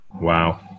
Wow